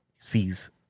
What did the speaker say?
sees